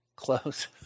Close